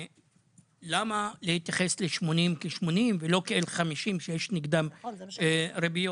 למה להתייחס ל-80 כ-80 ולא כאל 50 שיש נגדם ריביות?